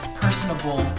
personable